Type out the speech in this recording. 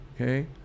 okay